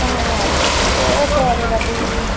चायाहरू कस्तो परेर अबुई